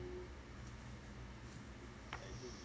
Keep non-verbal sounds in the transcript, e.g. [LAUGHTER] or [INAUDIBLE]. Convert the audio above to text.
[BREATH]